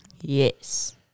Yes